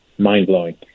mind-blowing